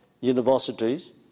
universities